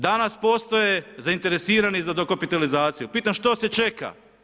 Danas postoje zainteresirani za dokapitalizaciju, pitam što se čeka?